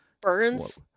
burns